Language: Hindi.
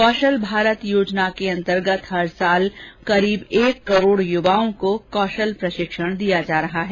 कौशल भारत योजना के अंतर्गत हर वर्ष करीब एक करोड़ युवाओं को कौशल प्रशिक्षण दिया जा रहा है